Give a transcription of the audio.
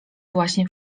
właśnie